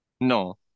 no